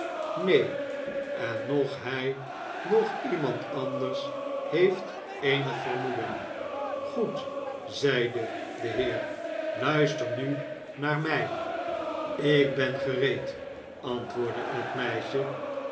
neen en noch hij noch iemand anders heeft eenig vermoeden goed zeide de heer luister nu naar mij ik ben gereed antwoordde het meisje